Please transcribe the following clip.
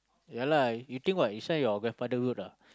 ya lah you think what this one your grandfather road ah